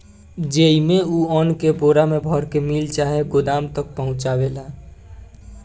जेइमे, उ अन्न के बोरा मे भर के मिल चाहे गोदाम तक पहुचावेला